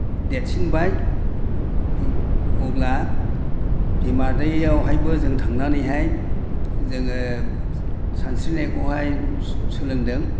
देरसिनबाय अब्ला बिमा दैयावहायबो जों थांनानैहाय जोङो सानस्रिनायखौहाय सोलोंदों